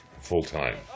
full-time